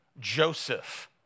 Joseph